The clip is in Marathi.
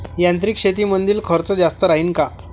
यांत्रिक शेतीमंदील खर्च जास्त राहीन का?